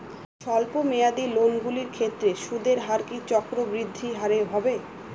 স্বল্প মেয়াদী লোনগুলির ক্ষেত্রে সুদের হার কি চক্রবৃদ্ধি হারে হবে?